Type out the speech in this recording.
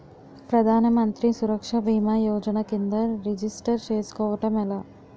ప్రధాన మంత్రి సురక్ష భీమా యోజన కిందా రిజిస్టర్ చేసుకోవటం ఎలా?